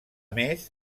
més